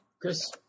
Chris